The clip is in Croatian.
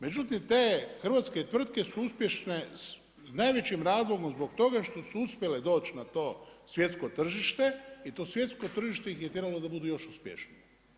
Međutim, te hrvatske tvrtke su uspješne najvećim razlogom zbog toga što su uspjele doći na to svjetsko tržište i to svjetsko tržište ih je tjeralo da budu još uspješniji.